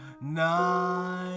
nine